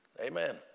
Amen